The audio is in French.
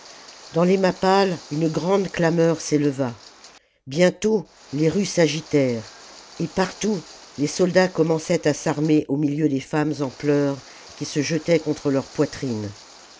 dans les mappales une grande clameur s'éleva bientôt les rues s'agitèrent et partout les soldats commençaient à s'armer au milieu des femmes en pleurs qui se jetaient contre leur poitrine